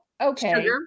okay